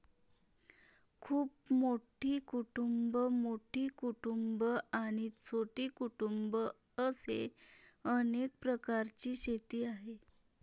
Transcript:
खूप मोठी कुटुंबं, मोठी कुटुंबं आणि छोटी कुटुंबं असे अनेक प्रकारची शेती आहे